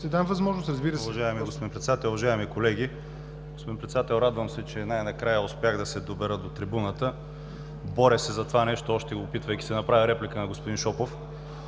ПЛАМЕН ХРИСТОВ (Воля): Уважаеми господин Председател, уважаеми колеги! Господин Председател, радвам се, че най-накрая успях да се добера до трибуната. Боря се за това нещо още, опитвайки се да направя реплика на господин Шопов.